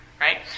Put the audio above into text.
right